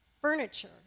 furniture